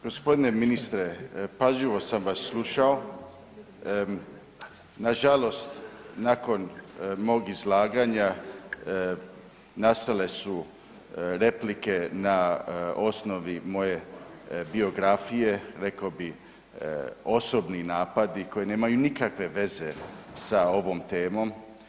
Gospodine ministre, pažljivo sam vas slušao, nažalost nakon mog izlaganja nastale su replike na osnovi moje biografije, rekao bi osobni napadi koji nemaju nikakve veze s ovom temom.